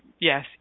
yes